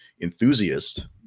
enthusiast